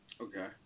Okay